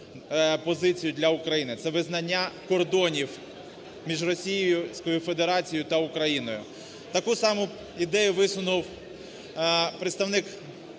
позицію для України – це визнання кордонів між Російською Федерацією та Україною. Таку ж саму ідею висунув представник